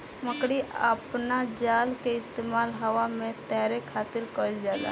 मकड़ी अपना जाल के इस्तेमाल हवा में तैरे खातिर कईल जाला